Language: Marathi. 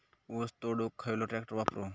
ऊस तोडुक खयलो ट्रॅक्टर वापरू?